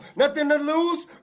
nothing to lose,